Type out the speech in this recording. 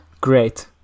Great